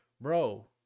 bro